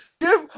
Give